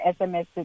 SMS